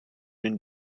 den